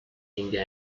india